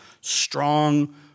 strong